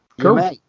Cool